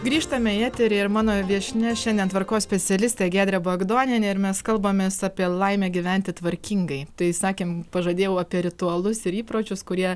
grįžtame į eterį ir mano viešnia šiandien tvarkos specialistė giedrė bagdonienė ir mes kalbamės apie laimę gyventi tvarkingai tai sakėm pažadėjau apie ritualus ir įpročius kurie